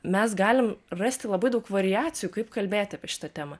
mes galim rasti labai daug variacijų kaip kalbėti apie šitą temą